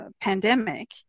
pandemic